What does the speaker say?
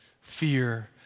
fear